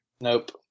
Nope